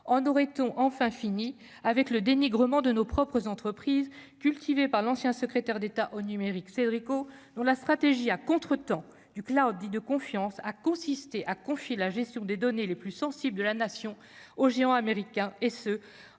on aurait ont enfin fini avec le dénigrement de nos propres entreprises cultivée par l'ancien secrétaire d'État au Numérique Cédric O, dont la stratégie à contretemps du Cloud dit de confiance a consisté à confier la gestion des données les plus sensibles, la nation au géant américain, et ce